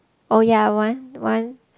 oh ya one one